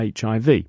HIV